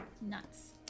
Nuts